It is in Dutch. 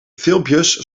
filmpjes